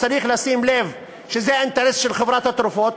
צריך לשים לב שזה אינטרס של חברות התרופות.